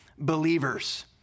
believers